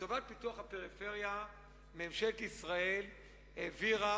לטובת פיתוח הפריפריה ממשלת ישראל העבירה